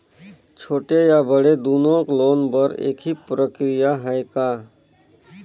छोटे या बड़े दुनो लोन बर एक ही प्रक्रिया है का?